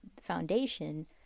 foundation